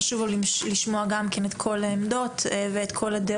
חשוב לו לשמוע את כל העמדות והדעות.